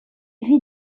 vit